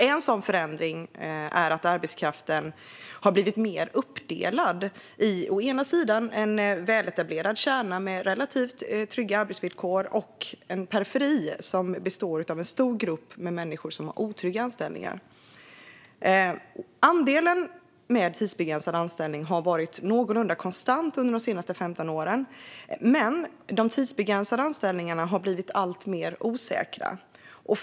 En sådan förändring är att arbetskraften har blivit mer uppdelad i å ena sidan en väletablerad kärna med relativt trygga arbetsvillkor, å andra sidan en periferi med en stor grupp människor med otrygga anställningar. Andelen med tidsbegränsad anställning har varit någorlunda konstant under de senaste 15 åren, men de tidsbegränsade anställningarna har blivit alltmer osäkra.